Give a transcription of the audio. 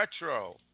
retro